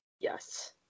yes